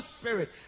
Spirit